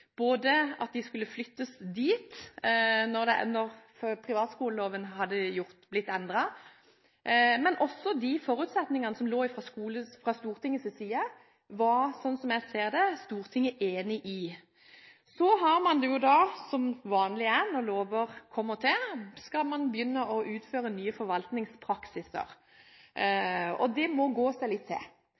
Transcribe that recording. at de skulle flyttes dit da privatskoleloven ble endret. Men også de forutsetningene som lå fra Stortingets side, var – sånn som jeg ser det – hele Stortinget enig i. Så skal man da, som vanlig er når lover kommer til, begynne å utføre nye forvaltningspraksiser, og det må gå seg litt til.